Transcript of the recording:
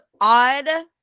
odd